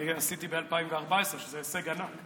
עשיתי ב-2014, שזה הישג ענק.